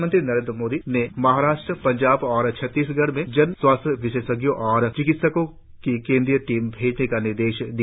प्रधानमंत्री ने महाराष्ट्र पंजाब और छत्तीसगढ़ में जन स्वास्थ्य विशेषज्ञों तथा चिकित्सकों की केन्द्रीय टीम भेजने का निर्देश दिया